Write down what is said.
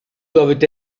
doivent